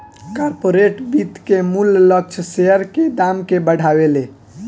corporate वित्त के मूल्य लक्ष्य शेयर के दाम के बढ़ावेले